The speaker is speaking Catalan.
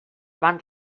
van